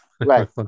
Right